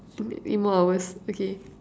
emo hours okay